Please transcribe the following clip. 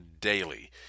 Daily